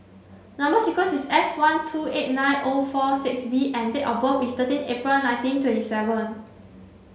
number sequence is S one two eight nine O four six B and date of birth is thirty April nineteen twenty seven